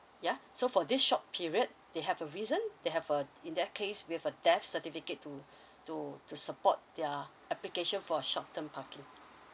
yeah so for this short period they have a reason they have a in that case with a death certificate to to to support their application for a short term parking